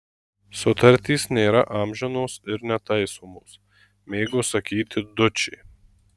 sutartys nėra amžinos ir netaisomos mėgo sakyti dučė